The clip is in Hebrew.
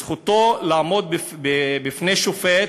זכותו לעמוד בפני שופט